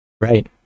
right